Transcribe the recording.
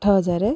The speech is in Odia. ଆଠ ହଜାର